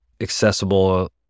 accessible